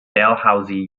dalhousie